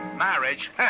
Marriage